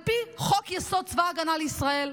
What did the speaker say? על פי חוק-יסוד: צבא ההגנה לישראל,